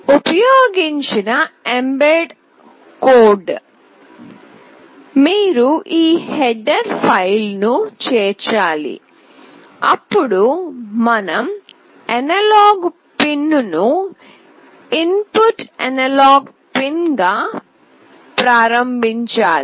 ఉపయోగించిన embed code మీరు ఈ హెడర్ ఫైల్ ను చేర్చాలి అప్పుడు మనం అనలాగ్ పిన్ను ను ఇన్పుట్ అనలాగ్ పిన్ గా ప్రారంభించాలి